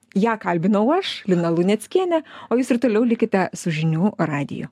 ją kalbinau aš lina luneckienė o jūs ir toliau likite su žinių radiju